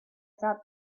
thought